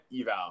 eval